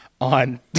on